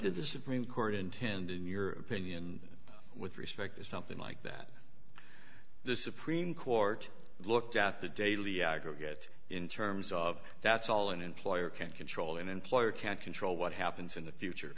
did the supreme court intend in your opinion with respect to something like that the supreme court looked at the daily aggregate in terms of that's all an employer can't control an employer can't control what happens in the future